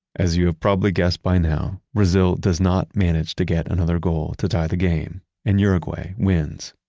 as you have probably guessed by now, brazil does not manage to get another goal to tie the game and uruguay wins.